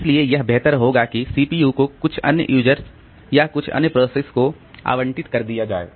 इसलिए यह बेहतर होगा कि सीपीयू को कुछ अन्य यूजर्स या कुछ अन्य प्रोसेस को आवंटित कर दिया जाए